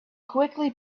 quickly